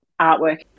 artwork